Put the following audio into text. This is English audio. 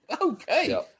Okay